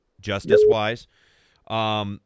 Justice-wise